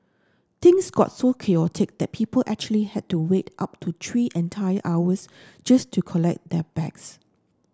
things got so chaotic that people actually had to wait up to three entire hours just to collect their bags